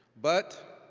but,